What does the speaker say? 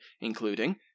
including